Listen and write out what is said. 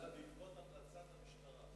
זה היה בעקבות המלצת המשטרה.